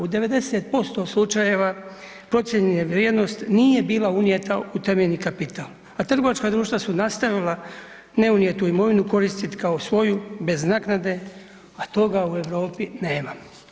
U 90% slučajeva procijenjena vrijednost nije bila unijeta u temeljni kapital, a trgovačka društva su nastavila neunijetu imovinu koristit kao svoju bez naknade, a toga u Europi nema.